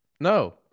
no